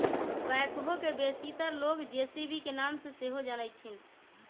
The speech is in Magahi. बैकहो के बेशीतर लोग जे.सी.बी के नाम से सेहो जानइ छिन्ह